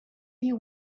you